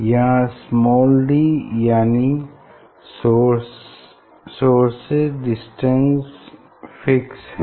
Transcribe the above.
यहाँ small d यानि sources distance fix है